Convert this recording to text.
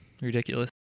ridiculous